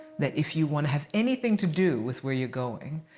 that if you want to have anything to do with where you're going,